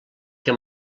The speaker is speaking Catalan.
que